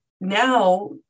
now